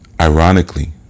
Ironically